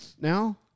now